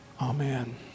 Amen